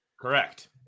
Correct